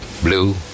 blue